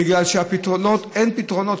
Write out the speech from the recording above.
בגלל שאין פתרונות,